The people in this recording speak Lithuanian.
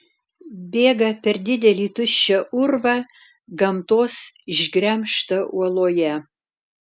bėga per didelį tuščią urvą gamtos išgremžtą uoloje